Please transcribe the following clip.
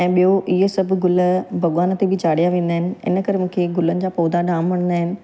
ऐं ॿियो इहे सभु गुल भॻवान ते बि चाढ़िया वेंदा आहिनि इन करे मूंखे इहे गुलनि जा पौधा जाम वणंदा आहिनि